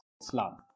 Islam